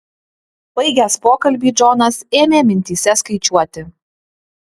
baigęs pokalbį džonas ėmė mintyse skaičiuoti